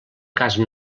casa